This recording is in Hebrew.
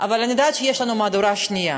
אבל אני יודעת שיש לנו מהדורה שנייה,